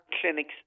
clinics